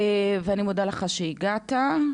ואני מודה לך שהגעת.